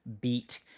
beat